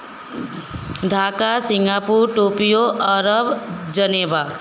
Dhaka Singapore Tokyo Arab Geneva